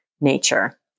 nature